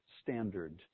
standard